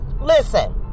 Listen